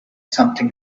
something